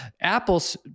Apple's